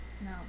No